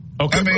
Okay